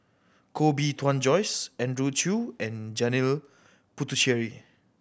Koh Bee Tuan Joyce Andrew Chew and Janil Puthucheary